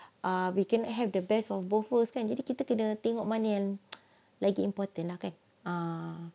err you can have the best of both worlds kan jadi kita kena tengok mana yang lagi important lah kan ah